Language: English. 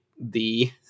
the-